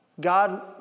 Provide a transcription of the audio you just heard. God